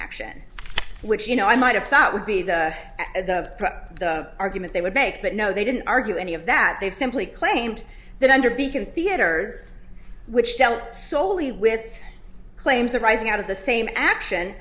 action which you know i might have thought would be the argument they would make but no they didn't argue any of that they've simply claimed that under beacon theatre which dealt solely with claims arising out of the same action